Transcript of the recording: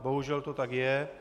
Bohužel to tak je.